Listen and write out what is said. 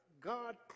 God